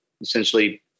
essentially